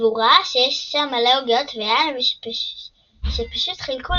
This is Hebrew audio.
והוא ראה שיש שם מלא עוגיות ויין שפשוט חילקו